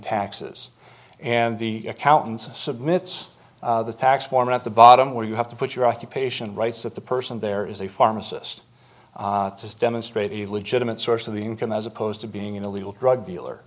taxes and the accountants submit it's the tax form at the bottom where you have to put your occupation rights that the person there is a pharmacist to demonstrate the legitimate source of the income as opposed to being an illegal drug dealer